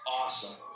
awesome